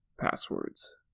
passwords